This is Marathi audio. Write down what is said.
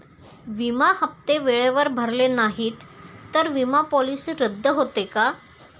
विमा हप्ते वेळेवर भरले नाहीत, तर विमा पॉलिसी रद्द होते का?